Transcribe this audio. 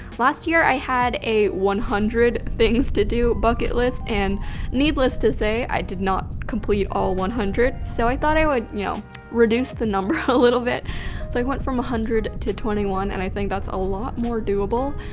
last year, i had a one hundred things to do bucket list and needless to say, i did not complete all one hundred, so i thought i would you know reduce the number a little bit, so i went from one hundred to twenty one and i think that's a lot more doable,